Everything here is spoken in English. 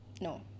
No